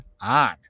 on